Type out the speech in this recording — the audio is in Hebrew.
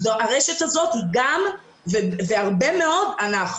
הרשת הזאת היא גם והרבה מאוד אנחנו,